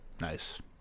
Nice